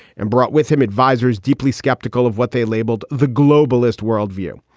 and brought with him advisers deeply skeptical of what they labeled the globalist worldview.